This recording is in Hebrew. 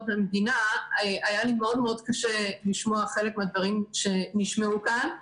המדינה היה לי מאוד מאוד קשה לשמוע חלק מהדברים שנשמעו כאן,